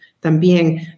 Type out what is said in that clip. también